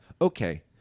okay